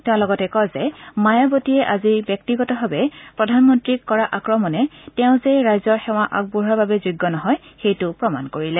তেওঁ লগতে কয় যে মায়াবতীয়ে আজি ব্যক্তিগতভাৱে প্ৰধানমন্ত্ৰীক কৰা আক্ৰমণে তেওঁ যে ৰাজহুৱা জীৱনৰ বাবে যোগ্য নহয় সেইটো প্ৰমাণ কৰিলে